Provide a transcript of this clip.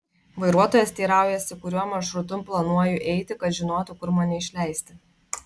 vairuotojas teiraujasi kuriuo maršrutu planuoju eiti kad žinotų kur mane išleisti